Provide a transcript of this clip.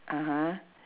(uh huh)